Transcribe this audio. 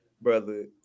brother